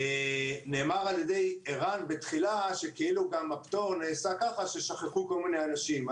נאמר על-ידי ערן בתחילה שכאילו הפטור נעשה כך ששכחו כל מיני אנשים.